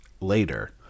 later